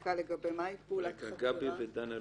בפסיקה לגבי מהי פעולת חקירה שמתבצעת במהלך